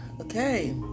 okay